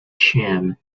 sham